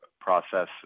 process